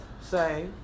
Say